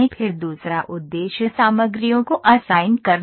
फिर दूसरा उद्देश्य सामग्रियों को असाइन करना है